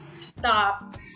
Stop